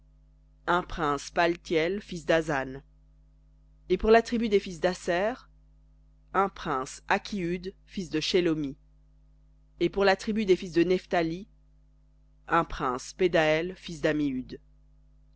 un prince paltiel fils dazzan et pour la tribu des fils d'aser un prince akhihud fils de shelomi et pour la tribu des fils de nephthali un prince pedahel fils